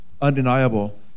undeniable